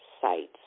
sites